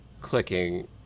clicking